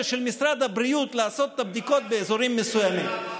של משרד הבריאות לעשות את הבדיקות באזורים מסוימים.